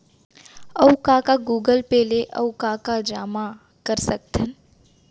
अऊ का का गूगल पे ले अऊ का का जामा कर सकथन?